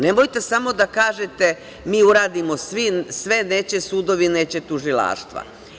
Nemojte samo da kažete - mi uradimo sve, neće sudovi, neće tužilaštva.